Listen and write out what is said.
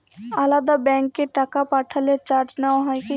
আলাদা ব্যাংকে টাকা পাঠালে চার্জ নেওয়া হয় কি?